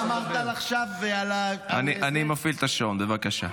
אני מפעיל את השעון, בבקשה.